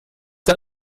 das